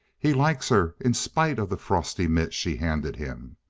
he likes her, in spite of the frosty mitt she handed him.